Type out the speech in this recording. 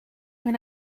when